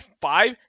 five